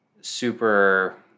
super